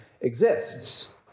exists